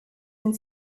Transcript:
and